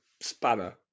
spanner